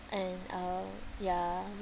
and uh ya